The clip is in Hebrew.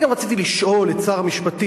אני גם רציתי לשאול את שר המשפטים,